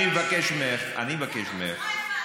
קודם כול